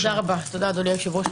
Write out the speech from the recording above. תודה, אדוני היושב-ראש.